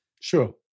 Sure